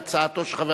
ההצעה להעביר